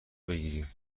بگیریم